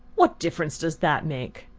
what difference does that make?